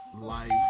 Life